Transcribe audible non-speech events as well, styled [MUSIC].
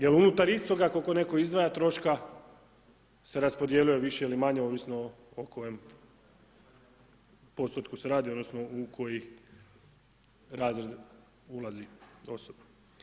Jer unutar istoga ako ... [UNINTELLIGIBLE] izdvaja troška se raspodjeljuje više ili manje ovisno o kojem postotku se radi, odnosno u koji razred ulazi osoba.